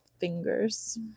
fingers